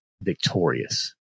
victorious